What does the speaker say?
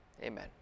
Amen